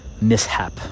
mishap